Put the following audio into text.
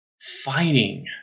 fighting